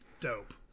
Dope